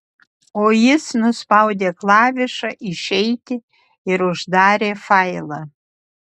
o jis nuspaudė klavišą išeiti ir uždarė failą